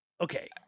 Okay